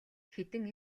хэдэн